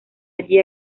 allí